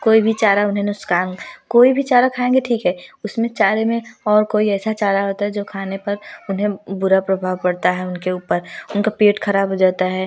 कोई भी चारा उन्हे नुकसान कोई भी चारा खाएंगे ठीक है उसमें चारे में और कोई ऐसा चारा होता है जो खाने पर उन्हे बुरा प्रभाव पड़ता है उनके ऊपर उनका पेट खराब हो जाता है